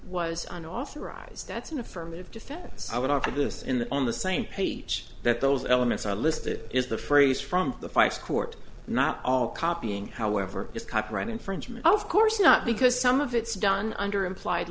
was an authorized that's an affirmative defense i would offer this in the on the same page that those elements are listed is the phrase from the feis court not all copying however is copyright infringement of course not because some of it's done under implied